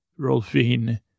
Rolfine